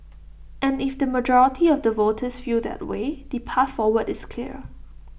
and if the majority of the voters feel that way the path forward is clear